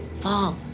Fall